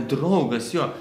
draugas jo